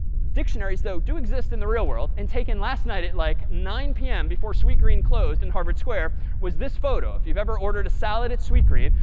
dictionaries, though, do exist in the real world. and taken last night at like nine zero pm before sweetgreen closed in harvard square was this photo. if you've ever ordered a salad at sweetgreen,